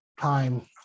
time